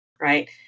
right